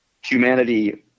humanity